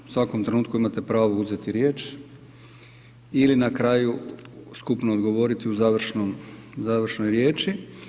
U svakom trenutku imate pravo uzeti riječ ili na kraju skupno odgovoriti u završnoj riječi.